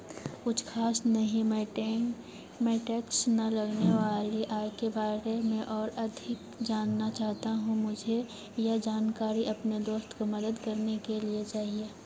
कुछ खास नहीं मैं टेन मैं टैक्स न लगने वाली आय के बारे में और अधिक जानना चाहता हूँ मुझे यह जानकारी अपने दोस्त को मदद करने के लिए चाहिए